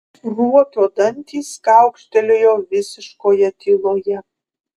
ruokio dantys kaukštelėjo visiškoje tyloje